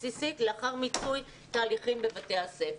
הבסיסית לאחר מיצוי תהליכים בבתי הספר.